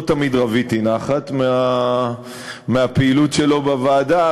לא תמיד רוויתי נחת מהפעילות שלו בוועדה,